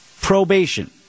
probation